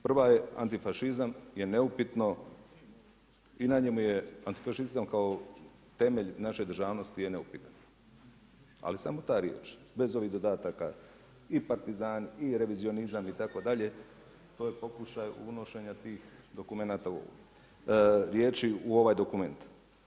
Prva je antifašizam je neupitno i na njemu je antifašizam kao temelj naše državnosti je neupitan, ali samo ta riječ, bez ovih dodataka i partizani i revizionizam itd. to je pokušaj unošenja tih riječi u ovaj dokument.